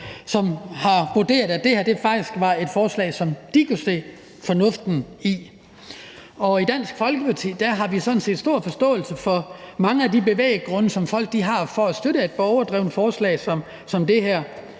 som har vurderet, at det her faktisk er et forslag, som de kan se fornuften i. I Dansk Folkeparti har vi sådan set stor forståelse for mange af de bevæggrunde, som folk har for at støtte et borgerdrevent forslag som det her.